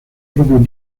propio